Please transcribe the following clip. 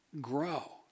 grow